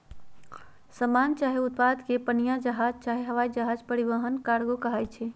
समान चाहे उत्पादों के पनीया जहाज चाहे हवाइ जहाज द्वारा परिवहन कार्गो कहाई छइ